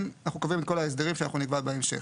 אנחנו קובעים את כל ההסדרים שאנחנו נקבע בהמשך.